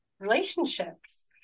relationships